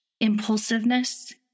impulsiveness